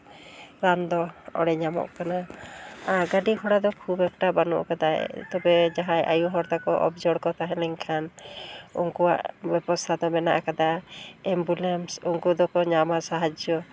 ᱨᱟᱱ ᱫᱚ ᱚᱸᱰᱮ ᱧᱟᱢᱚᱜ ᱠᱟᱱᱟ ᱟᱨ ᱜᱟᱹᱰᱤ ᱜᱷᱚᱲᱟ ᱫᱚ ᱠᱷᱩᱵᱽ ᱮᱠᱴᱟ ᱵᱟᱹᱱᱩᱜ ᱠᱟᱫᱟ ᱛᱚᱵᱮ ᱡᱟᱦᱟᱸᱭ ᱟᱭᱳ ᱦᱚᱲ ᱛᱟᱠᱚ ᱚᱵᱽᱡᱟᱨᱵᱷ ᱠᱚ ᱛᱟᱦᱮᱸᱞᱮᱱᱠᱷᱟᱱ ᱩᱱᱠᱩᱣᱟᱜ ᱵᱮᱵᱚᱥᱛᱟ ᱫᱚ ᱢᱮᱱᱟᱜ ᱠᱟᱫᱟ ᱮᱢᱵᱩᱞᱮᱱᱥ ᱩᱱᱠᱩ ᱫᱚᱠᱚ ᱧᱟᱢᱟ ᱥᱟᱦᱟᱡᱽᱡᱚ